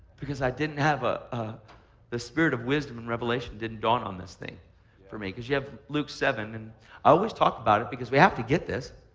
because i didn't have ah ah the the spirit of wisdom and revelation didn't dawn on this thing for me because you have luke seven, and i always talk about it because we have to get this.